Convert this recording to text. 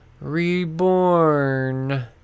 reborn